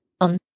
On